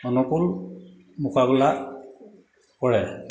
অনুকূল মোকাবিলা কৰে